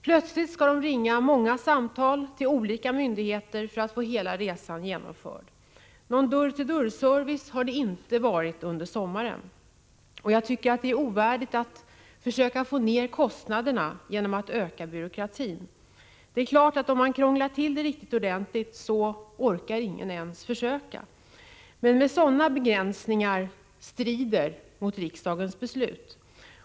Plötsligt skall de ringa många samtal till olika myndigheter för att få hela resan genomförd. Någon dörr-till-dörr-service har det inte varit under sommaren. Jag tycker att det är ovärdigt att försöka få ned kostnaderna genom att öka byråkratin. Det är klart att om man krånglar till det riktigt ordentligt, så orkar ingen ens försöka. Men sådana begränsningar strider mot riksdagens beslut.